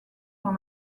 dans